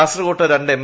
കാസർകോട്ട് രണ്ട് എം